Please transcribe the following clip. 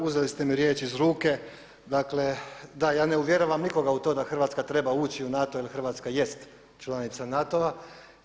Uzeli ste mi riječ iz ruke, dakle ja ne uvjeravam nikoga u to da Hrvatska treba ući u NATO jer Hrvatska jest članica NATO-a.